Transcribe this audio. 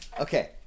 Okay